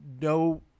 no